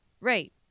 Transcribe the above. Right